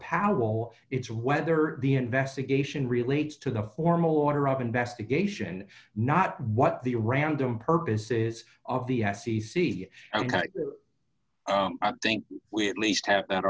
powell it's whether the investigation relates to the formal order of investigation not what the random purposes of the f c c i think we at least ha